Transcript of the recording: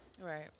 Right